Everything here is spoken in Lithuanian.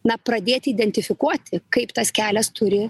na pradėti identifikuoti kaip tas kelias turi